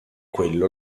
quello